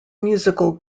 musical